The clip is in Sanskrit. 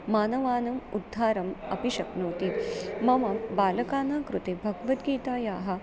मानवानाम् उद्धारम् अपि शक्नोति मम बालकानां कृते भगवद्गीतायाः